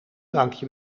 drankje